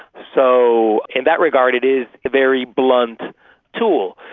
so in that regard it is a very blunt tool.